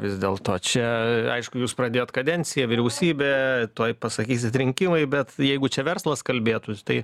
vis dėlto čia aišku jūs pradėjot kadenciją vyriausybė tuoj pasakysit rinkimai bet jeigu čia verslas kalbėtųsi tai